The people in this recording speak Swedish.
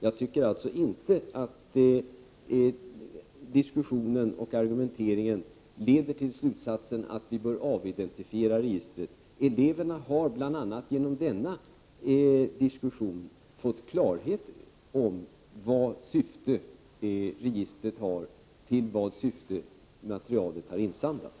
Jag tycker alltså inte att diskussionen och argumenteringen leder till slutsatsen att vi bör avidentifiera registret. Eleverna har, bl.a. genom denna diskussion, fått klarhet om vilket syfte registret har och i vilket syfte materialet har insamlats.